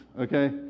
okay